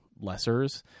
lessers